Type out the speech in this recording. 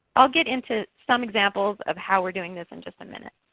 i'll get into some examples of how we are doing this in just a minute.